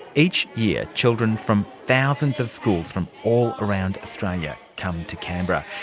each year children from thousands of schools from all around australia come to canberra.